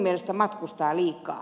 minä sanon että liikaa